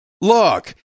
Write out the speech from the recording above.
Look